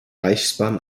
reichsbahn